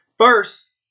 First